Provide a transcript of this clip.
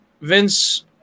Vince